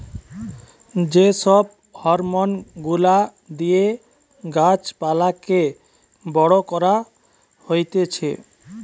যে সব হরমোন গুলা দিয়ে গাছ পালাকে বড় করা হতিছে